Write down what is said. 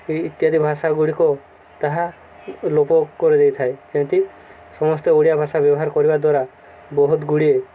ଏଇ ଇତ୍ୟାଦି ଭାଷା ଗୁଡ଼ିକ ତାହା ଲୋପ କରି ଦେଇଥାଏ ଯେମିତି ସମସ୍ତେ ଓଡ଼ିଆ ଭାଷା ବ୍ୟବହାର କରିବା ଦ୍ୱାରା ବହୁତ ଗୁଡ଼ିଏ